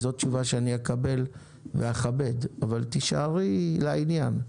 זאת תשובה שאני אקבל ואכבד, אבל תישארי בעניין.